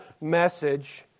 message